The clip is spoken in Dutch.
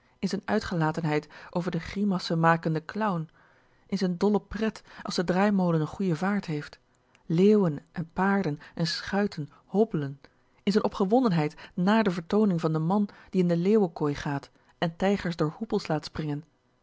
in z'n uitgelatenheid over den grimassenmakenden clown in z'n dolle pret als de draaimolen'n goeie vaart heeft leeuwen en paarden en schuiten hobbelen in z'n opgewondenheid nà de vertooning van den man die in de leeuwenkooi gaat en tijgers door hoepels laat springen